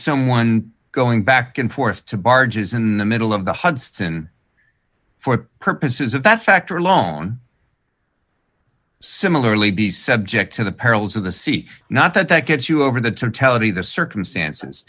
someone going back and forth to barges in the middle of the hudson for purposes of that factor alone similarly be subject to the perils of the sea not that that gets you over the totality of the circumstances